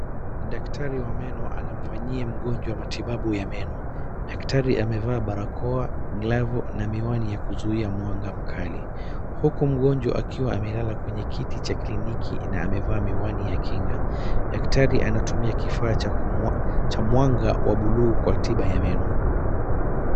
Daktari wa meno anamfanyia mgonjwa matibabu ya meno, daktari amevaa barakoa, glovu na miwani ya kuzuia mwanga mkali, huku mgonjwa akiwa amelala kwenye kiti ya kliniki na amevaa miwani ya kinga. Daktari anatumia kifaa cha mwanga wa buluu kwa tiba ya meno.